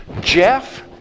Jeff